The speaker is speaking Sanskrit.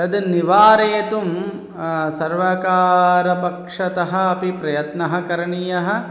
तद् निवारयितुं सर्वकारपक्षतः अपि प्रयत्नः करणीयः